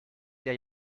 der